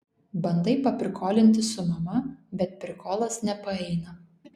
bandai paprikolinti su mama bet prikolas nepaeina